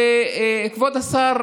כבוד השר